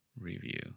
review